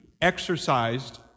exercised